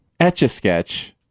Etch-a-Sketch